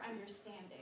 understanding